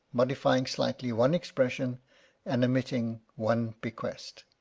modifying slightly one expression and omitting one bequest